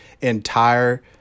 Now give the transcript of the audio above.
entire